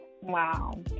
Wow